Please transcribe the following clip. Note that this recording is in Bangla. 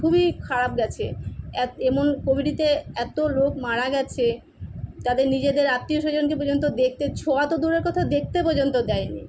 খুবই খারাপ গেছে অ্যা এমন কোভিডেতে এত লোক মারা গেছে তাদের নিজেদের আত্মীয় স্বজনকে পর্যন্ত দেখতে ছোঁয়া তো দূরের কথা দেখতে পর্যন্ত দেয়নি